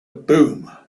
boom